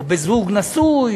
או בזוג נשוי,